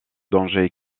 danger